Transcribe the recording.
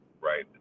right